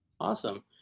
Awesome